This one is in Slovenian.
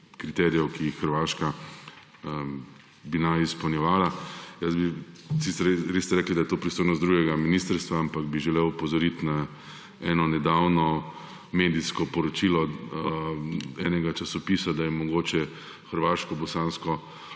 kriterijev, ki jih naj bi Hrvaška izpolnjevala. Vi ste rekli, da je to pristojnost drugega ministrstva, ampak bi želel opozoriti na nedavno medijsko poročilo enega časopisa, da je mogoče hrvaško-bosansko